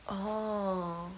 orh